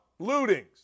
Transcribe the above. lootings